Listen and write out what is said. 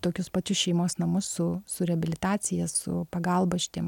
tokius pačius šeimos namus su su reabilitacija su pagalba šitiem